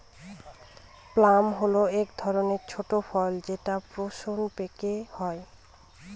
plum হল এক ধরনের ছোট ফল যেটা প্রুনস পেকে হয়